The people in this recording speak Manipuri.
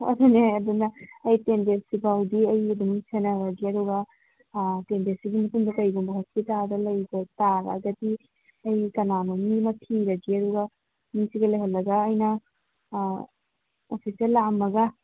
ꯑꯣ ꯑꯗꯨꯅꯦ ꯑꯗꯨꯅ ꯑꯩ ꯇꯦꯟ ꯗꯦꯁ ꯁꯤꯐꯥꯎꯗꯤ ꯑꯩ ꯑꯗꯨꯝ ꯁꯦꯟꯅꯍꯧꯔꯒꯦ ꯑꯗꯨꯒ ꯇꯦꯟ ꯗꯦꯁꯁꯤꯒꯤ ꯃꯇꯨꯡꯗ ꯀꯩꯒꯨꯝꯕ ꯍꯣꯁꯄꯤꯇꯥꯜꯗ ꯂꯩꯕ ꯇꯥꯔꯒꯗꯤ ꯑꯩ ꯀꯅꯥꯅꯣ ꯃꯤ ꯑꯃ ꯊꯤꯔꯒꯦ ꯑꯗꯨꯒ ꯃꯤꯁꯤꯒ ꯂꯩꯍꯜꯂꯒ ꯑꯩꯅ ꯑꯣꯐꯤꯁꯇ ꯂꯥꯛꯑꯝꯃꯒ